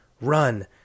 Run